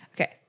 Okay